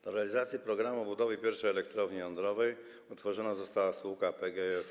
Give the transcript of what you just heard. Do realizacji programu budowy pierwszej elektrowni jądrowej utworzona została spółka PGF1.